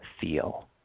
feel